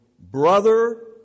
brother